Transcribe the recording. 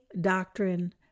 doctrine